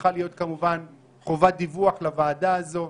צריכה להיות, כמובן, חובת דיווח לוועדה הזו.